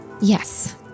Yes